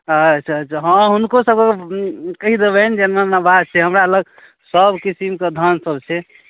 अच्छा अच्छा हाँ हुनकोसबके कहि देबनि जे एना एना बात छै हमरालग सब किसिमके धानसब छै